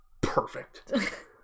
perfect